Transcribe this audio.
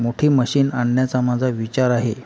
मोठी मशीन आणण्याचा माझा विचार आहे